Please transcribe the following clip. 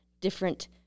different